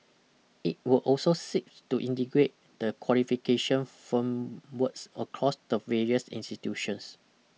it will also seek to integrate the qualification firmworks across the various institutions